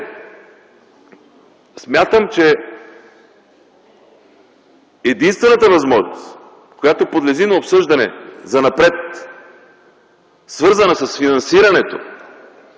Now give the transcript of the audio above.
смятам, че единствената възможност, която подлежи на обсъждане занапред, свързана с финансирането